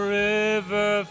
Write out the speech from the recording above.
river